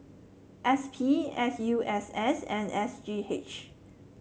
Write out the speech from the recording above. S P S U S S and S G H